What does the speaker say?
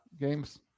games